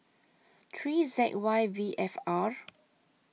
three Z Y V F R